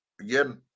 Again